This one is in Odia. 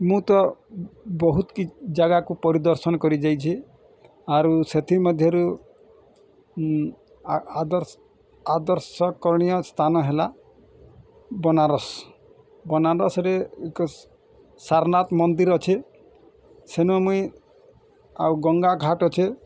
ମୁଁ ତ ବହୁତ କିଛି ଜାଗାକୁ ପରିଦର୍ଶନ କରି ଯାଇଛେ ଆରୁ ସେଥିମଧ୍ୟରୁ ଆଦର୍ଶ ଆଦର୍ଶ କରଣୀୟ ସ୍ଥାନ ହେଲା ବନାରସ ବନାରସରେ ଏକ ସାରନାଥ ମନ୍ଦିର ଅଛି ସେନୁ ମୁଇଁ ଆଉ ଗଙ୍ଗା ଘାଟ୍ ଅଛେ